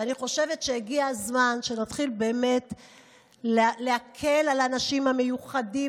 הגיע הזמן שנתחיל להקל על האנשים המיוחדים